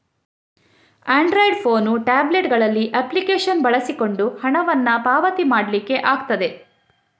Android phone, tablet ಗಳಲ್ಲಿ application ಬಳಸಿಕೊಂಡು ಹಣವನ್ನ ಪಾವತಿ ಮಾಡ್ಲಿಕ್ಕೆ ಆಗ್ತದೆ